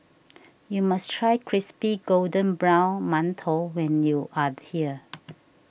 you must try Crispy Golden Brown Mantou when you are here